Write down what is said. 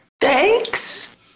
Thanks